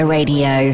Radio